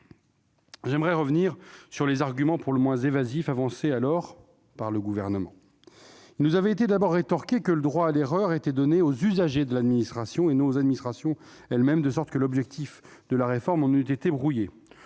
J'aimerais revenir sur les arguments pour le moins évasifs avancés alors par le Gouvernement. Il nous avait d'abord été rétorqué que le droit à l'erreur était donné aux usagers de l'administration, et non aux administrations elles-mêmes, de sorte que l'objectif de la réforme en eût été brouillé.